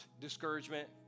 discouragement